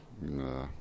Nah